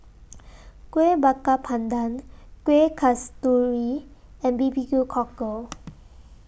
Kueh Bakar Pandan Kueh Kasturi and B B Q Cockle